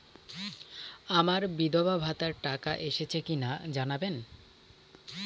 আমার বিধবাভাতার টাকা এসেছে কিনা জানাবেন?